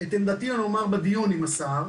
את עמדתי אני אומר בדיון עם השר.